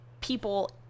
people